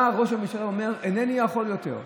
בא ראש הממשלה ואומר: אינני יכול יותר,